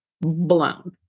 blown